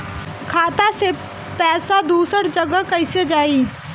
खाता से पैसा दूसर जगह कईसे जाई?